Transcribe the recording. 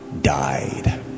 died